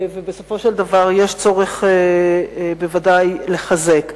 בסופו של דבר יש צורך בוודאי לחזק.